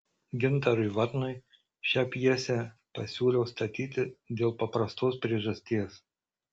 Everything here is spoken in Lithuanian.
gintarui varnui šią pjesę pasiūliau statyti dėl paprastos priežasties